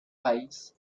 país